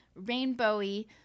rainbowy